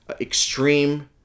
Extreme